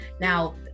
now